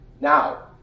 Now